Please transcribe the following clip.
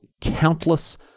countless